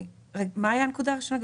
מה הייתה הנקודה הראשונה?